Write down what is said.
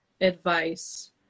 advice